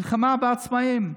מלחמה בעצמאים,